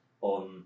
on